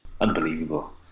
Unbelievable